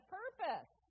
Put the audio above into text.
purpose